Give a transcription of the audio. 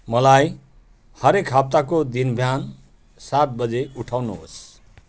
मलाई हरेक हप्ताको दिन बिहान सात बजी उठाउनुहोस्